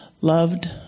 loved